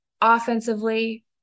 Offensively